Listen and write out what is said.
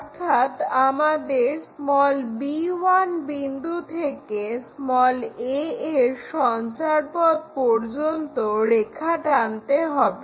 অর্থাৎ আমাদের b1 বিন্দু থেকে a এর সঞ্চারপথ পর্যন্ত রেখা টানতে হবে